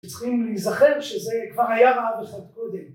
צריכים להיזכר שזה כבר היה רעב אחד קודם